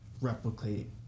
replicate